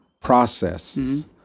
processes